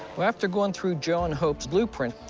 well after going through joan hope's blueprint,